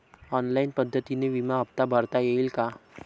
Online पद्धतीने विमा हफ्ता भरता येईल का?